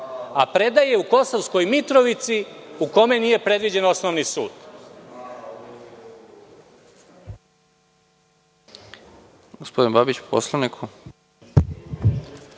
a predaje u Kosovskoj Mitrovici, u kojoj nije predviđen osnovni sud.